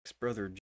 brother